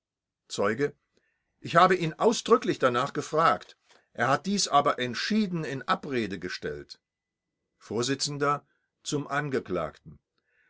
zeuge ich habe ihn ausdrücklich danach gefragt er hat dies aber entschieden in abrede gestellt